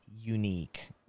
unique